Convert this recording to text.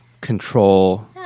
control